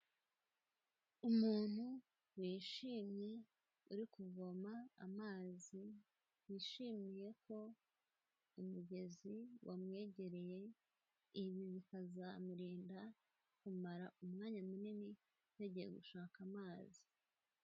Umuntu wishimye uri kuvoma amazi, yishimiye ko umugezi wamwegereye, ibi bikazamurinda kumara umwanya munini yagiye gushaka amazi.